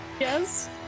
Yes